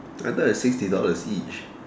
I thought it's sixty dollars each